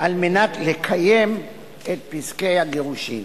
על מנת לקיים את פסקי הגירושין.